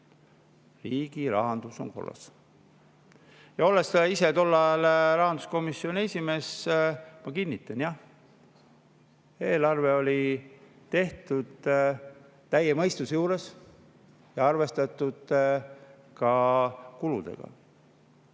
riigi rahandus on korras. Olles ise tol ajal rahanduskomisjoni esimees olnud, ma kinnitan: jah, eelarve oli tehtud täie mõistuse juures ja arvestatud oli ka kuludega.